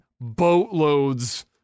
boatloads